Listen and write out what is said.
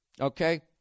Okay